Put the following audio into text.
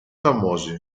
famosi